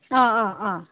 অঁ অঁ অঁ